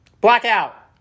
Blackout